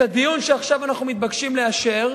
את הדיון שעכשיו אנחנו מתבקשים לאשר,